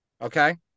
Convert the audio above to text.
Okay